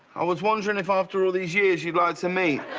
i was wondering if after all these years you'd like to meet.